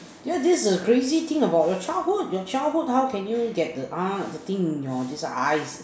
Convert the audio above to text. yeah this is a crazy thing about your childhood your childhood how can you get the uh the things in your this eyes